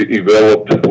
developed